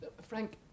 Frank